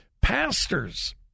Pastors